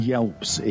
Yelps